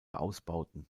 ausbauten